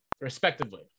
respectively